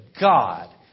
God